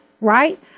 right